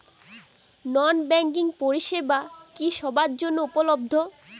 নন banking পরিষেবা কি সবার জন্য উপলব্ধ?